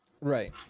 Right